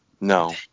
No